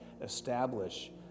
establish